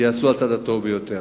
יעשו על הצד הטוב ביותר.